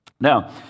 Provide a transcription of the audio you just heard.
Now